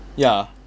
ya